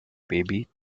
baby